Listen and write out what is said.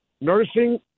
Nursing